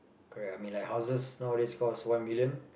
correct lah I mean like houses nowadays cost one million